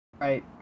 Right